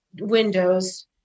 windows